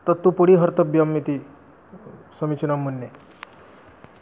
तत् तु पुडिहर्तव्यम् इति समीचीनं मन्ये